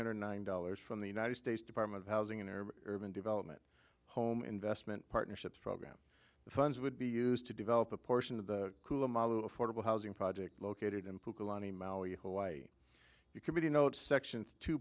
hundred nine dollars from the united states department of housing and urban development home investment partnership program the funds would be used to develop a portion of the affordable housing project located in hawaii you can be notes sections two